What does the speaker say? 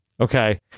Okay